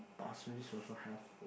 Pasir-Ris also have